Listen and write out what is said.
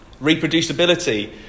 Reproducibility